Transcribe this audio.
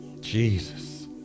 jesus